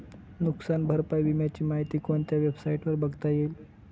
नुकसान भरपाई विम्याची माहिती कोणत्या वेबसाईटवर बघता येईल?